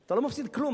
אתה לא מפסיד כלום,